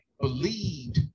believed